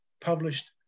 published